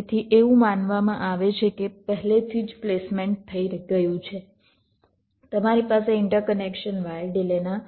તેથી એવું માનવામાં આવે છે કે પહેલેથી જ પ્લેસમેન્ટ થઈ ગયું છે તમારી પાસે ઇન્ટરકનેક્શન વાયર ડિલેના